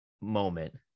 moment